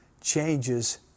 changes